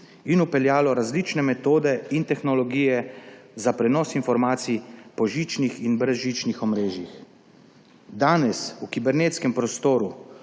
in vpeljalo različne metode in tehnologije za prenos informacij po žičnih in brezžičnih omrežjih. Danes v kibernetskem prostoru